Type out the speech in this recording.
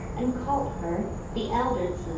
and called her the elder tsze